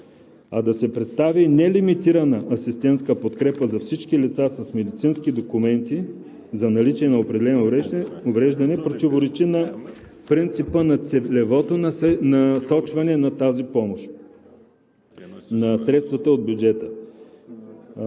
а да се представи нелимитирана асистентска подкрепа за всички лица с медицински документи за наличие на определено увреждане противоречи на принципа на целевото насочване на тази помощ, на средствата от бюджета.